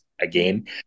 again